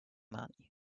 money